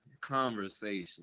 conversation